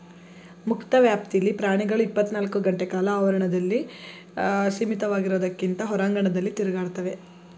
ಮುಕ್ತ ವ್ಯಾಪ್ತಿಲಿ ಪ್ರಾಣಿಗಳು ಇಪ್ಪತ್ನಾಲ್ಕು ಗಂಟೆಕಾಲ ಆವರಣದಲ್ಲಿ ಸೀಮಿತವಾಗಿರೋದ್ಕಿಂತ ಹೊರಾಂಗಣದಲ್ಲಿ ತಿರುಗಾಡ್ತವೆ